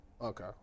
Okay